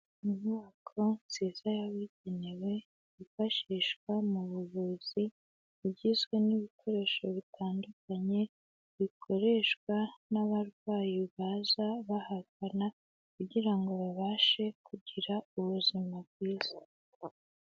Inyubako nziza yabigenewe yifashishwa mu buvuzi, igizwe n'ibikoresho bitandukanye bikoreshwa n'abarwayi baza bahagana kugira ngo babashe kugira ubuzima bwiza.